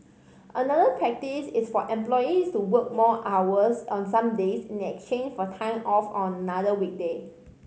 another practice is for employees to work more hours on some days in exchange for time off on another weekday